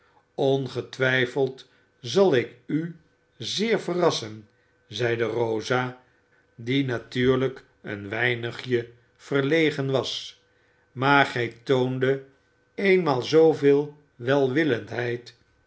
ongetwijfeld zal ik u zeer verrassen zeide rosa die natuurlijk een weinigje verlegen was maar gij toondet eenmaal zooveel